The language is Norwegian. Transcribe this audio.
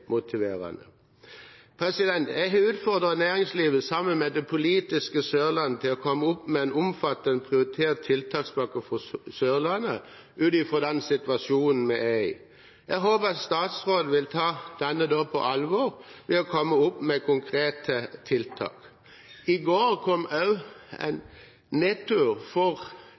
politiske Sørlandet, til å komme med en omfattende, prioritert tiltakspakke for Sørlandet ut fra den situasjonen vi er i. Jeg håper at statsråden vil ta denne på alvor ved å komme med konkrete tiltak. I går kom også en nedtur for